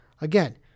Again